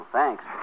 thanks